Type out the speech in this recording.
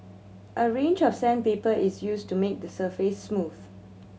a range of sandpaper is used to make the surface smooth